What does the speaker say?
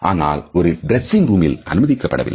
ஆனால் ஒரு டிரெஸ்ஸிங் ரூமில் அனுமதிக்கப்படவில்லை